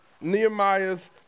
Nehemiah's